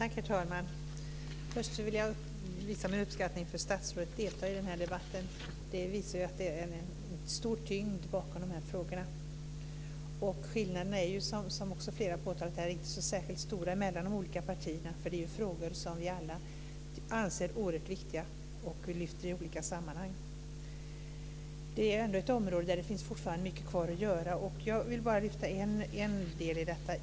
Herr talman! Först vill jag visa min uppskattning när det gäller att statsrådet deltar i denna debatt. Det visar att det är en stor tyngd bakom dessa frågor. Skillnaderna är ju, som flera också har påtalat här, inte så särskilt stora mellan de olika partierna, för det är frågor som vi alla anser är oerhört viktiga och lyfter fram i olika sammanhang. Det är ändå ett område där det fortfarande finns mycket kvar att göra. Jag vill bara lyfta fram en del i detta.